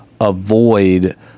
avoid